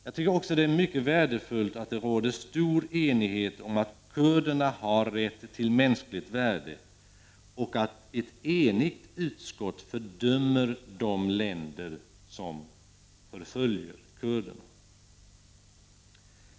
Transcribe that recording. Jag tycker också att det är mycket värdefullt att det råder stor enighet om att kurderna har rätt till mänskligt värde och att ett enigt utskott fördömer de länder som förföljer kurderna.